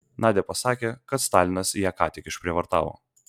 nadia pasakė kad stalinas ją ką tik išprievartavo